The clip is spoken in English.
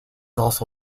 also